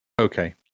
Okay